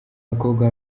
abakobwa